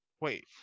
wait